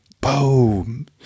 boom